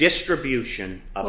distribution